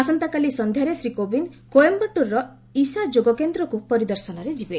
ଆସନ୍ତାକାଲି ସନ୍ଧ୍ୟାରେ ଶ୍ରୀ କୋବିନ୍ଦ କୋଏମ୍ଘାଟୁର୍ର ଇଶା ଯୋଗକେନ୍ଦ୍ରକୁ ପରିଦର୍ଶନରେ ଯିବେ